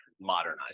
modernize